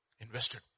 Invested